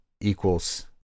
equals